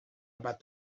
about